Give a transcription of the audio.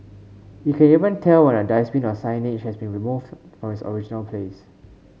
he can even tell when a dustbin or signage has been moved from its original place